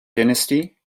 dynasty